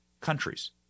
countries